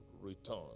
return